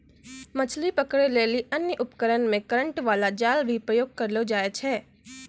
मछली पकड़ै लेली अन्य उपकरण मे करेन्ट बाला जाल भी प्रयोग करलो जाय छै